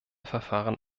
verfahren